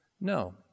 No